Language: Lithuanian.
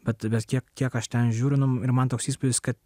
bet vis tiek kiek aš ten žiūriunu ir man toks įspūdis kad